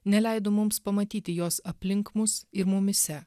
neleido mums pamatyti jos aplink mus ir mumyse